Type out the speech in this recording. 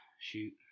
Shoot